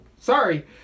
sorry